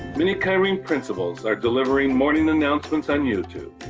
many kyrene principals are delivering morning announcements on youtube,